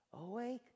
awake